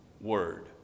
word